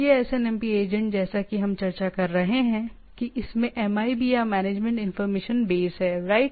यह SNMP agent जैसा कि हम चर्चा कर रहे हैं कि इसमें MIB या मैनेजमेंट इनफार्मेशन बेस है राइट